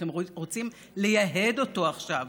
שאתם רוצים לייהד אותו עכשיו?